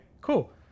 Cool